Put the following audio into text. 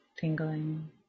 tingling